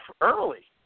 early